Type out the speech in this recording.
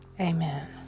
Amen